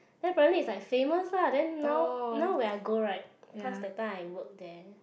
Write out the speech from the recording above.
then apparently it's like famous lah then now now when I go right cause that time I work there